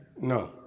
No